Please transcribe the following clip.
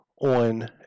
on